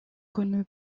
connue